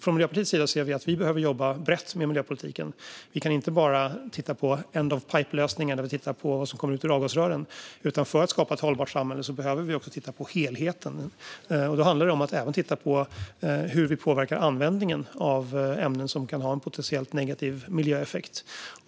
Från Miljöpartiets sida ser vi att vi behöver jobba brett med miljöpolitiken. Vi kan inte bara titta på end-of-pipe-lösningarna - vad som kommer ut ur avgasrören - utan för att skapa ett hållbart samhälle behöver vi också titta på helheten. Då handlar det om att även titta på hur vi påverkar användningen av ämnen som kan ha en negativ miljöeffekt.